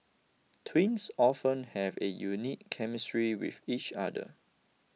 twins often have a unique chemistry with each other